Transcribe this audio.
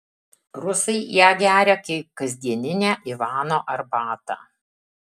rusai ją geria kaip kasdieninę ivano arbatą